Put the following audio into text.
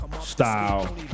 style